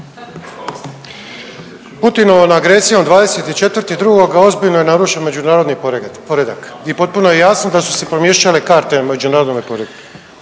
Putinovom agresijom 24.2. ozbiljno je narušen međunarodni poredak i potpuno je jasno da su se pomiješale karte u međunarodnome poretku.